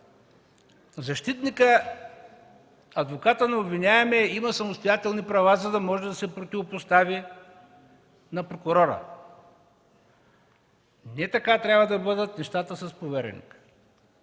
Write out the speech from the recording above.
защитникът, адвокатът на обвиняемия има самостоятелни права, за да може да се противопостави на прокурора. Не така трябва да бъдат нещата с повереника.